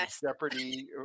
Jeopardy